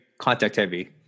contact-heavy